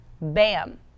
bam